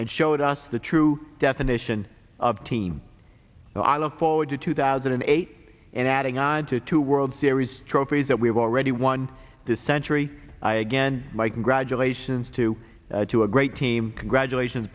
and showed us the true definition of team so i look forward to two thousand and eight and adding on to two world series trophies that we've already won this century i again my congratulations to to a great team congratulations